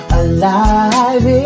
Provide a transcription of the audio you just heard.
alive